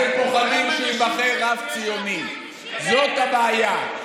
אתם פוחדים שייבחר רב ציוני, זאת הבעיה.